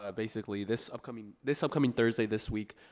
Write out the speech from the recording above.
ah basically, this upcoming this upcoming thursday this week,